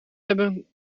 hebben